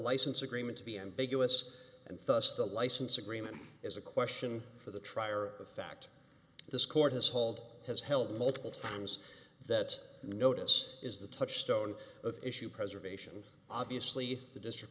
license agreement to be ambiguous and thrust the license agreement is a question for the trier of fact this court has hold has held multiple times that notice is the touchstone of issue preservation obviously the district